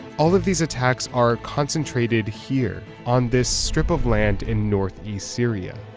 all of these attacks are concentrated here, on this strip of land in northeast syria.